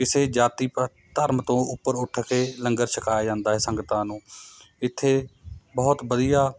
ਕਿਸੇ ਜਾਤੀ ਜਾ ਧਰਮ ਤੋਂ ਉੱਪਰ ਉੱਠ ਕੇ ਲੰਗਰ ਛਕਾਇਆ ਜਾਂਦਾ ਹੈ ਸੰਗਤਾਂ ਨੂੰ ਇੱਥੇ ਬਹੁਤ ਵਧੀਆ